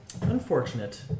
Unfortunate